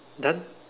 done